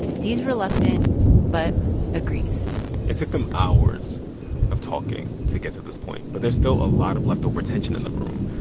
d's reluctant but agrees it took them hours of talking to get to this point, but there's still a lot of leftover tension in the room.